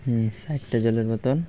হুম ষাটটা জলের বতন